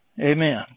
Amen